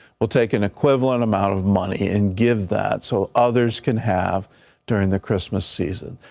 we'll take an equivalent amount of money and give that, so others can have during the christmas season.